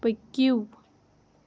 پٔکِو